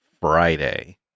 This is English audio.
Friday